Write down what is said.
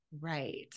right